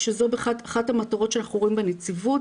שזאת אחת המטרות שאנחנו רואים בנציבות,